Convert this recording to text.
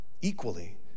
Equally